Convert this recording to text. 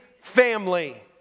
family